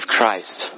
Christ